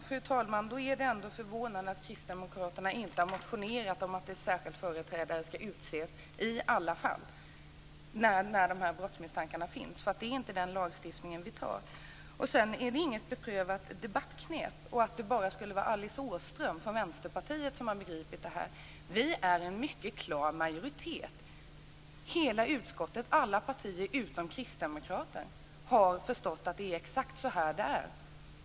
Fru talman! Då är det ändå förvånande att Kristdemokraterna inte har motionerat om att en särskild företrädare ska utses i alla fall när de här brottsmisstankarna finns, för det är inte den lagstiftningen vi antar. Sedan är det inget beprövat debattknep, och det är inte så att det bara skulle vara Alice Åström från Vänsterpartiet som har begripit det här. Vi har en mycket klar majoritet. Hela utskottet, alla partier, utom Kristdemokraterna har förstått att det är exakt så här det är.